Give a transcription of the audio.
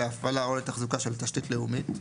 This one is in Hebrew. להפעלה או לתחזוקה של תשתית לאומית,